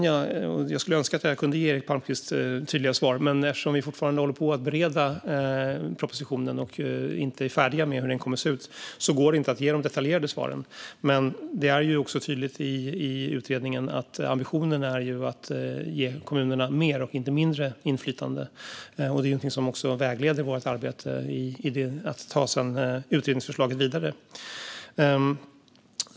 Jag skulle önska att jag kunde ge Eric Palmqvist tydliga svar, men eftersom vi fortfarande håller på att bereda propositionen och inte är färdiga med hur den kommer att se ut går det inte att ge några detaljerade svar. Det är dock tydligt i utredningen att ambitionen är att ge kommunerna mer och inte mindre inflytande. Det är någonting som också vägleder vårt arbete med att ta utredningsförslagen vidare.